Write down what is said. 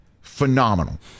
Phenomenal